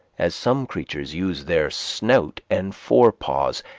as some creatures use their snout and fore paws,